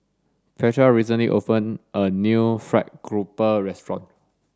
Petra recently open a new fried grouper restaurant